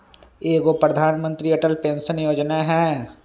एगो प्रधानमंत्री अटल पेंसन योजना है?